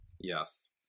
Yes